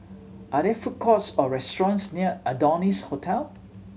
are there food courts or restaurants near Adonis Hotel